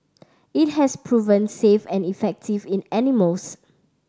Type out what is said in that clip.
it has proven safe and effective in animals